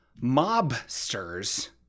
mobsters